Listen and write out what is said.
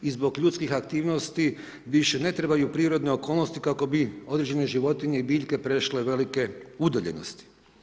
I zbog ljudskih aktivnosti više ne trebaju prirodne okolnosti kako bi određene životinje i biljke prešle velike udaljenosti.